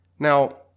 Now